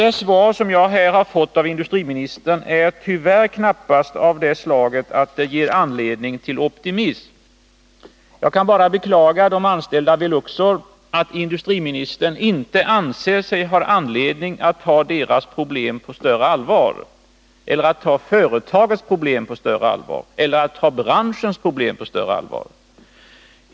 Det svar som jag här har fått av industriministern är tyvärr knappast av det slaget att det ger anledning till optimism. Jag kan bara beklaga de anställda vid Luxor att industriministern inte anser sig ha anledning att ta deras, företagets eller branschens problem på större allvar.